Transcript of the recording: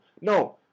No